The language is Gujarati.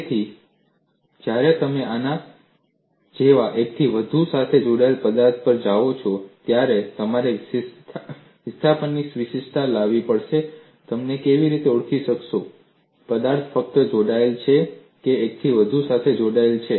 તેથી જ્યારે તમે આના જેવા એકથી વધુ સાથે જોડાયેલા પદાર્થ પર જાઓ છો ત્યારે તમારે વિસ્થાપનની વિશિષ્ટતા લાવવી પડશે અને તમે કેવી રીતે ઓળખી શકશો પદાર્થ ફક્ત જોડાયેલ છે કે એકથી વધુ સાથે જોડાયેલ છે